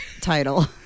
title